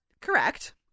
correct